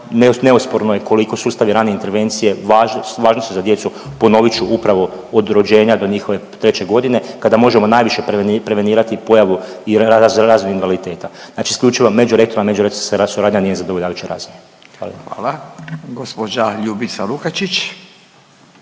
neosporno je koliko sustavi rane intervencije važni su za djecu, ponovit ću, upravo od rođenja do njihove treće godine kada možemo najviše prevenirati pojavu i razvoj invaliditeta. Znači isključivo .../Govornik se ne razumije./... suradnja nije na zadovoljavajućoj razini. Hvala. **Radin, Furio